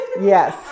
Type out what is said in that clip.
Yes